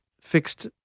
fixed